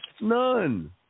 none